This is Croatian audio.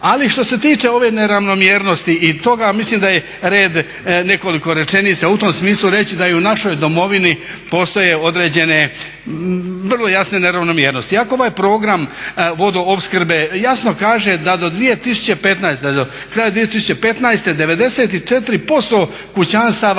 Ali što se tiče ove neravnomjernosti i toga mislim da je red nekoliko rečenica u tom smislu reći da i u našoj Domovini postoje određene vrlo jasne neravnomjernosti. Iako ovaj program vodoopskrbe jasno kaže da do 2015., do kraja 2015. 94% kućanstava